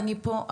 אני פה,